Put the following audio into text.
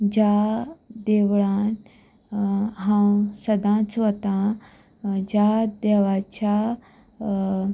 ज्या देवळान हांव सदांच वतां ज्या देवाच्या